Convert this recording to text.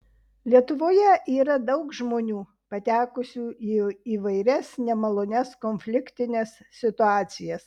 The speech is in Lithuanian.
lietuvoje yra daug žmonių patekusių į įvairias nemalonias konfliktines situacijas